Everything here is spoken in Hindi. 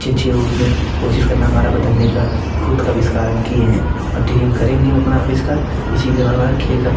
अच्छे अच्छे उसमें कोशिश करना हमारा बदलने का ख़ुद का आविष्कार हम किए हैं अभी करेंगे अपना आविष्कार इसी में हमारा खेल का